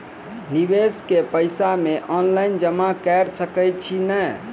निवेश केँ पैसा मे ऑनलाइन जमा कैर सकै छी नै?